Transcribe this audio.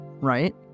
right